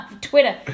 Twitter